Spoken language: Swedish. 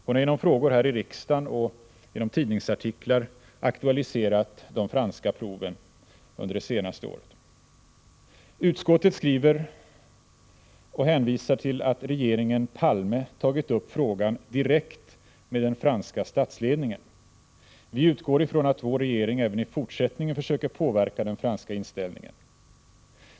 Hon har genom frågor här i riksdagen och genom tidningsartiklar aktualiserat de franska proven under det senaste året. Utskottet hänvisar till att regeringen Palme tagit upp frågan direkt med den franska statsledningen. Vi utgår ifrån att vår regering även i fortsättningen försöker påverka den franska inställningen.